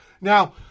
Now